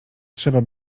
trzeba